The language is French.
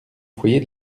foyer